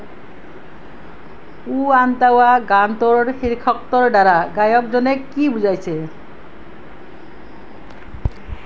উ আন্তাৱা গানটোৰ শীৰ্ষকটোৰ দ্বাৰা গায়কজনে কি বুজাইছে